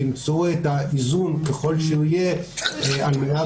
תמצאו את האיזון ככל שהוא יהיה על מנת